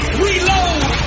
reload